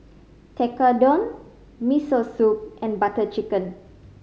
Tekkadon Miso Soup and Butter Chicken